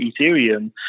Ethereum